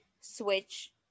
switch